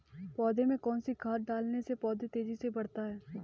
पौधे में कौन सी खाद डालने से पौधा तेजी से बढ़ता है?